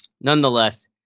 nonetheless